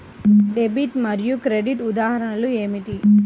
Debit మరియు credit ఉదాహరణలు ఏమిటీ?